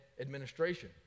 administration